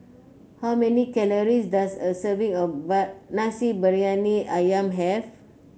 how many calories does a serving of Nasi Briyani ayam have